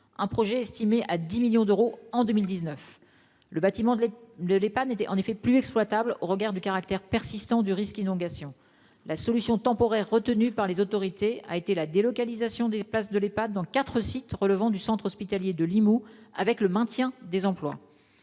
un projet estimé à 10 millions d'euros en 2019. Le bâtiment de l'Ehpad n'était en effet plus exploitable au regard du caractère persistant du risque inondation. La solution temporaire retenue par les autorités a été la délocalisation des places de l'Ehpad dans quatre sites relevant du centre hospitalier de Limoux, avec le maintien des emplois.